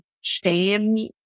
shame